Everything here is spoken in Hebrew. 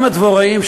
גם הדבוראים.